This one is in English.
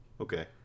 Okay